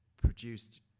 produced